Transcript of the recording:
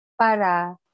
para